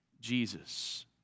Jesus